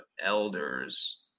elders